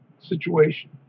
situation